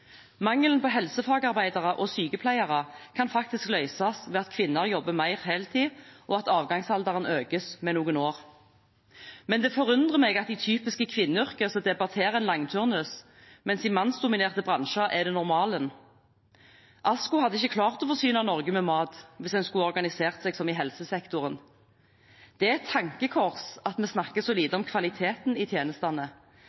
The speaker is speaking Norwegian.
Mangelen på helsefagarbeidere og sykepleiere kan faktisk løses ved at kvinner jobber mer heltid, og at avgangsalderen økes med noen år. Det forundrer meg at man i typiske kvinneyrker debatterer langturnus, mens det i mannsdominerte bransjer er normalen. ASKO hadde ikke klart å forsyne Norge med mat hvis en skulle organisert seg som i helsesektoren. Det er et tankekors at vi snakker så